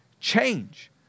change